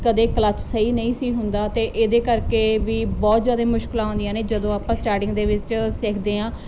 ਕਦੇ ਕਲਚ ਸਹੀ ਨਹੀਂ ਸੀ ਹੁੰਦਾ ਤੇ ਇਹਦੇ ਕਰਕੇ ਵੀ ਬਹੁਤ ਜਿਆਦਾ ਮੁਸ਼ਕਿਲਾਂ ਆਉਂਦੀਆਂ ਨੇ ਜਦੋਂ ਆਪਾਂ ਸਟਾਰਟਿੰਗ ਦੇ ਵਿੱਚ ਸਿੱਖਦੇ ਆਂ